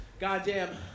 Goddamn